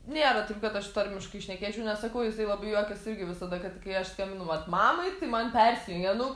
nėra taip kad aš tarmiškai šnekėčiau sakau jisai labai juokias irgi visada kad kai aš skambinu mamai man persijungia nu